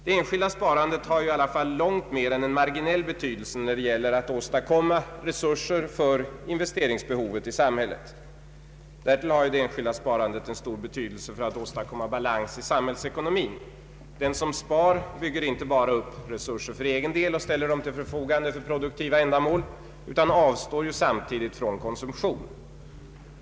Det enskilda sparandet har i varje fall en långt mer än marginell betydelse när det gäller att åstadkomma resurser för investeringsbehovet i samhället. Därtill har det enskilda sparandet stor betydelse för att åstadkomma balans i samhällsekonomin. Den som spar bygger inte bara upp resurser för egen del och ställer dem till förfogande för produktiva ändamål utan avstår ju samtidigt från konsumtion.